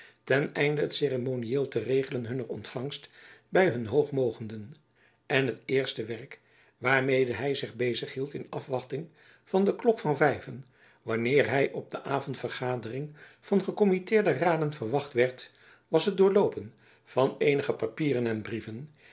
ten einde het ceremonieel te regelen hunner ontfangst by hun hoogmogenden en het eerste werk waarmede hy zich bezig hield in afwachting van de klok van vijven wanneer hy op de avond vergadering van gekommitteerde raden verwacht werd was het doorloopen van eenige papieren en brieven